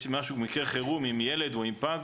יש מקרה חירום עם ילד או עם פג,